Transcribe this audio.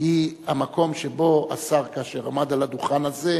היא המקום שבו השר, כאשר עמד על הדוכן הזה,